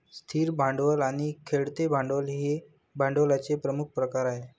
स्थिर भांडवल आणि खेळते भांडवल हे भांडवलाचे प्रमुख प्रकार आहेत